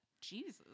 Jesus